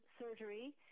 surgery